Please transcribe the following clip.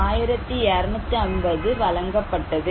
1250 ரூபாய் வழங்கப்பட்டது